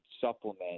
supplement